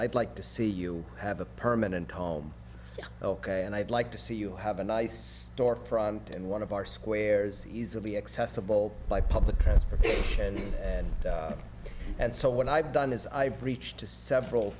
i'd like to see you have a permanent home ok and i'd like to see you have a nice storefront in one of our squares easily accessible by public transportation and so what i've done is i've reached to several